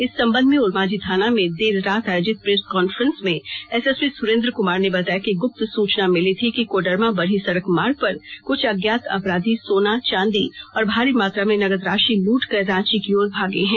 इस संबंध में ओरमांझी थाना में देररात आयोजित प्रेस कॉन्फ्रेंस में एसएसपी सुरेंद्र कमार ने बताया र्हे कि गुप्त सूचना मिली थी कि कोडरमा बरही सड़क मार्ग पर कुछ अज्ञात अपराधी सोना चांदी और भारी मात्रा में नगद राशि लूटकर रांची की ओर भागे हैं